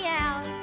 out